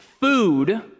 food